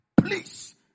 please